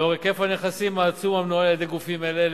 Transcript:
לאור היקף הנכסים העצום המנוהל על-ידי גופים אלה,